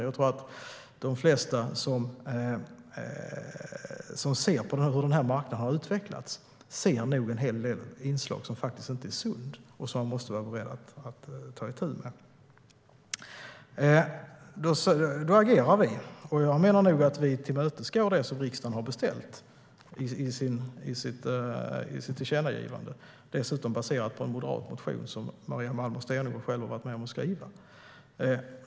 Jag tror att de flesta som ser hur den här marknaden har utvecklats ser en hel del inslag som faktiskt inte är sunda och som man måste vara beredd att ta itu med. Då agerar vi. Jag menar att vi tillmötesgår det som riksdagen har beställt i sitt tillkännagivande, dessutom baserat på en moderatmotion som Maria Malmer Stenergard har varit med om att skriva.